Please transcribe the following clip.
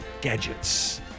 gadgets